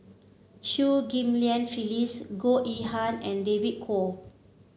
Chew Ghim Lian Phyllis Goh Yihan and David Kwo